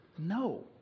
No